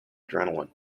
adrenaline